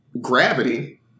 gravity